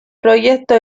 proyecto